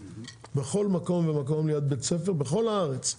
בכל מקום ומקום ליד בית ספר בכל הארץ,